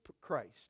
Christ